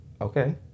Okay